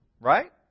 Right